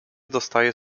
dostaje